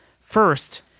first